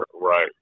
right